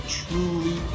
truly